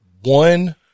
one